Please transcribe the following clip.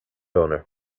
owner